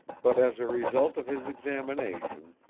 but as a result of his examination,